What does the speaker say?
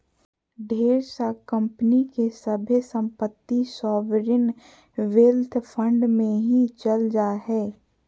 ढेर सा कम्पनी के सभे सम्पत्ति सॉवरेन वेल्थ फंड मे ही चल जा हय